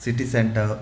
city centre